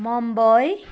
Mumbai